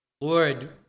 Lord